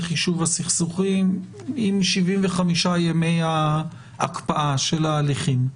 יישוב הסכסוכים עם 75 ימי ההקפאה של ההליכים.